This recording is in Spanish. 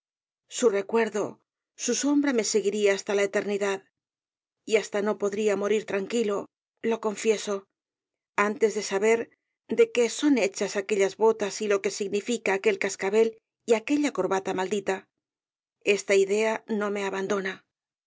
su recuerdo su sombra me seguiría hasta la eternidad y hasta no podría morir tranquilo lo confieso antes de saber de qué son hechas aquellas botas y lo que significan aquel cascabel y aquella corbata maldita esta idea no me abandona